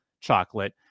chocolate